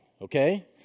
okay